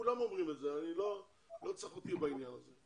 כולם אומרים את זה ולא צריך אותי בעניין הזה.